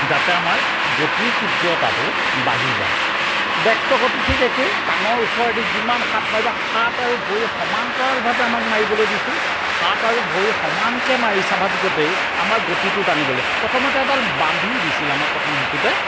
যাতে আমাৰ গতিৰ তীব্ৰতাটো বাঢ়ি যায় বেক ষ্ট্ৰ'কটো ঠিক একেই কাণৰ ওচৰেদি যিমান হাত মাৰিব হাত আৰু ভৰি সমান্তৰালভাৱে আমাক মাৰিবলৈ দিছিল হাত আৰু ভৰি সমানকে মাৰি স্বাভাৱিকতে আমাৰ গতিটো টানিবলে প্ৰথমতে এডাল বান্ধিও দিছিল আমাক প্ৰথম শিকোঁতে